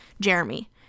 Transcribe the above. Jeremy